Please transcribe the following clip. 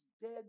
dead